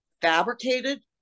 fabricated